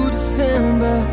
December